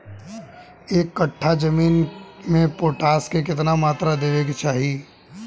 एक कट्ठा जमीन में पोटास के केतना मात्रा देवे के चाही?